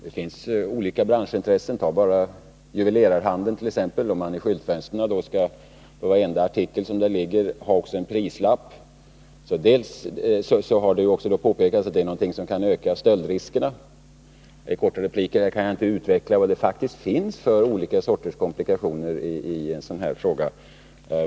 Det finns olika branschintressen — ta bara konsekvenserna för juvelerarhandeln, om man skall ha också en prislapp på varenda artikel som ligger i skyltfönstren! Det har också påpekats att det kan öka stöldrisker I en replik hinner jag inte utveckla alla de komplikationer som kan finnas.